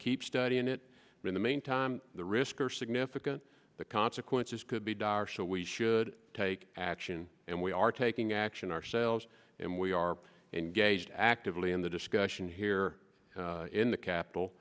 keep studying it in the meantime the risks are significant the consequences could be dire shall we should take action and we are taking action ourselves and we are engaged actively in the discussion here in the capital